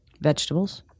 Vegetables